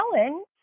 Ellen